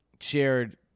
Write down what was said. shared